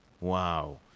Wow